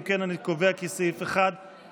אם כן, אני קובע כי סעיף 1 עבר.